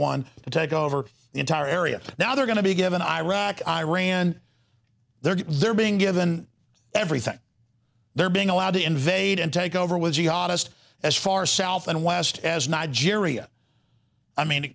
one to take over the entire area now they're going to be given iraq iran there they're being given everything they're being allowed to invade and take over with geologist as far south and west as nigeria i mean